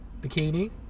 Bikini